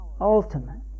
ultimate